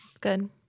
Good